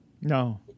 No